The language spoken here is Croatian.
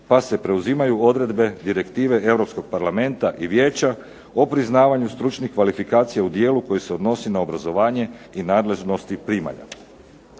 pa se preuzimaju odredbe Direktive Europskog parlamenta i Vijeća o priznavanju stručnih kvalifikacija u dijelu koji se odnosi na obrazovanje i nadležnosti primalja.